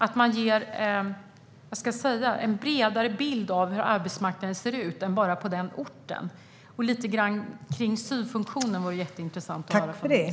Det handlar om att man ger en bredare bild av hur arbetsmarknaden ser ut än bara på den orten. Det vore jätteintressant att få höra lite grann om syofunktionen från ministern.